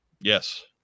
Yes